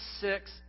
six